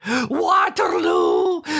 Waterloo